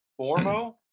Formo